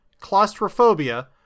claustrophobia